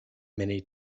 many